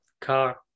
car